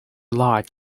life